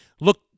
look